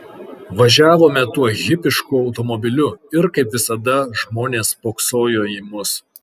važiavome tuo hipišku automobiliu ir kaip visada žmonės spoksojo į mus